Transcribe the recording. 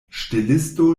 ŝtelisto